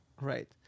Right